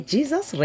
Jesus